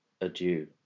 adieu